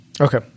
Okay